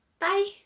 Bye